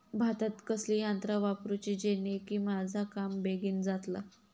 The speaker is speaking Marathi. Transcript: भातात कसली यांत्रा वापरुची जेनेकी माझा काम बेगीन जातला?